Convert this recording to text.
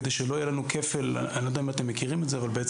כדי שלא יהיה לנו כפל אני לא יודע אם אתם מכירים את זה אבל לגופים